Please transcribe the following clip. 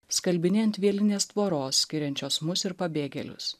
skalbiniai ant vielinės tvoros skiriančios mus ir pabėgėlius